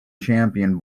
champion